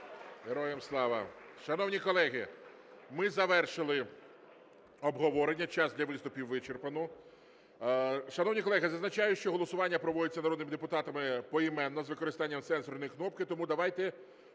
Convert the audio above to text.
Героям слава! Шановні колеги, ми завершили обговорення. Час для виступів вичерпано. Шановні колеги, зазначаю, що голосування проводиться народними депутатами поіменно з використанням сенсорної кнопки. Тому давайте